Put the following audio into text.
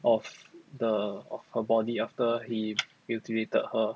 of the of her body after he mutilated her